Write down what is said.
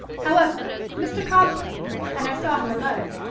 however, mr. cobb came, and i saw him alone.